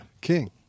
King